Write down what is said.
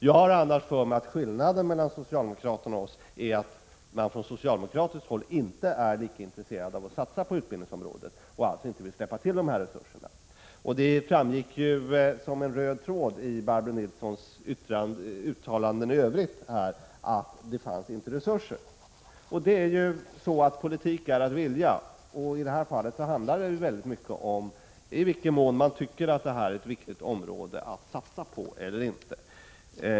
Jag har för mig att skillnaden mellan socialdemokraterna och oss är att socialdemokraterna inte är lika intresserade av att satsa på utbildningsområdet och inte vill skaffa fram de resurser som behövs. Det gick som en röd tråd i Barbro Nilssons yttrande i övrigt att det inte fanns resurser. Politik är att vilja, och i detta fall handlar det om i vilken mån man tycker detta är ett så viktigt område att man vill satsa på det eller inte.